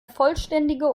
vollständige